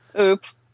Oops